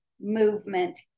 Movement